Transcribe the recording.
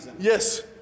Yes